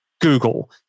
Google